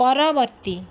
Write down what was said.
ପରବର୍ତ୍ତୀ